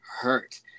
hurt